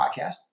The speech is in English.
podcast